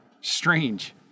strange